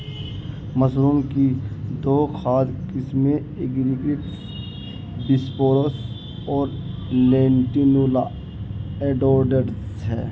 mushroom की दो खाद्य किस्में एगारिकस बिस्पोरस और लेंटिनुला एडोडस है